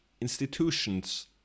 institutions